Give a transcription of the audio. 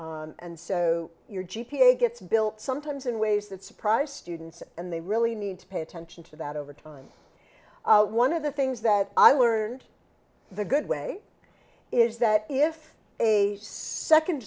and so your g p a gets built sometimes in ways that surprise students and they really need to pay attention to that over time one of the things that i learned the good way is that if a second